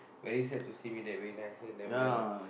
very sad to see me that way then I say never mind lah